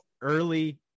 early